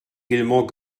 gilmore